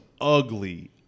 ugly